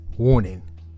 Warning